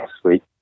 Sweet